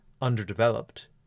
underdeveloped